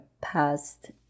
past